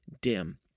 dim